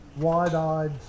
wide-eyed